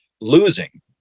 losing